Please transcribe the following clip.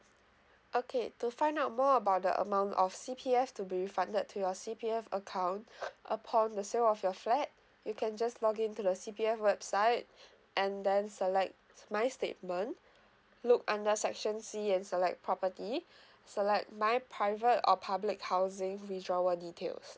okay to find out more about the amount of C_P_F to be refunded to your C_P_F account upon the sale of your flat you can just log in to the C_P_F website and then select my statement look under section C and select property select my private or public housing withdrawal details